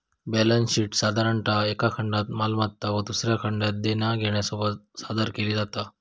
balance शीटसाधारणतः एका खंडात मालमत्ता व दुसऱ्या खंडात देना घेण्यासोबत सादर केली जाता